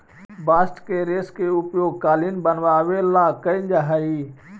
bast के रेश के उपयोग कालीन बनवावे ला कैल जा हई